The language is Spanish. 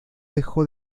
dejó